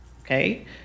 okay